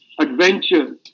adventures